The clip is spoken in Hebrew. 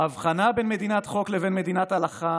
ההבחנה בין מדינת חוק לבין מדינת הלכה